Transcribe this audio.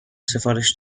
سفارش